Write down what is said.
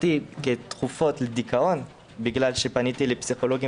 כשקיבלתי תרופות נגד דיכאון בגלל שפניתי לפסיכולוגים